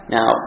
Now